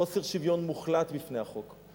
חוסר שוויון מוחלט בפני החוק.